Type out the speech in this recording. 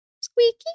Squeaky